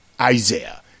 Isaiah